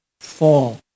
fall